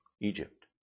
Egypt